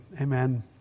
Amen